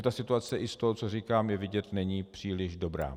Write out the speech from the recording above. Takže situace i z toho, co říkám, je vidět, není příliš dobrá.